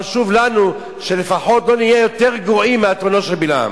חשוב לנו שלפחות לא נהיה יותר גרועים מאתונו של בלעם.